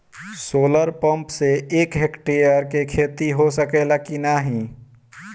Solar pump से एक hectare क खेती हो सकेला की नाहीं?